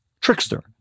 trickster